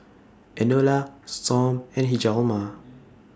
Enola Storm and Hjalmar